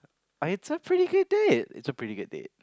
it's a pretty good date it's a pretty good date